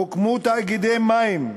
הוקמו תאגידי מים,